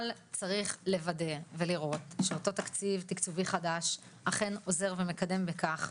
אבל צריך לוודא ולראות שאותו תקציב תקצובי חדש אכן עוזר ומקדם בכך,